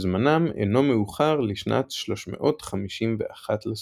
שזמנם אינו מאוחר לשנת 351 לספירה.